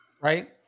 Right